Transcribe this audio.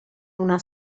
una